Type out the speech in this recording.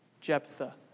Jephthah